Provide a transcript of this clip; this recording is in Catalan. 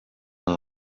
amb